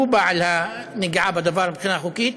שהוא בעל הנגיעה בדבר מבחינה חוקית,